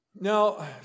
Now